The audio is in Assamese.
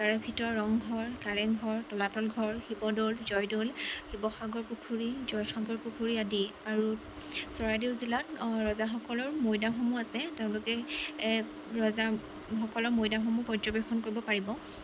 তাৰে ভিতৰত ৰংঘৰ কাৰেংঘৰ তলাতল ঘৰ শিৱদ'ল জয়দ'ল শিৱসাগৰ পুখুৰী জয়সাগৰ পুখুৰী আদি আৰু চৰাইদেউ জিলাত ৰজাসকলৰ মৈদামসমূহ আছে তেওঁলোকে ৰজাসকলৰ মৈদামসমূহ পৰ্যবেক্ষণ কৰিব পাৰিব